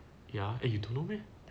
ya eh you don't know meh